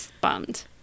bummed